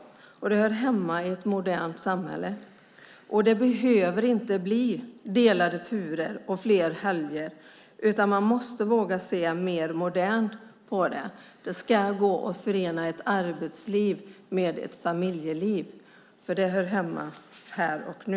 Det hör hemma i ett modernt samhälle. Det behöver inte bli delade turer och fler helger, utan man måste våga se mer modernt på det. Det ska gå att förena arbetsliv med familjeliv, för det hör hemma här och nu.